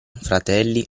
fratelli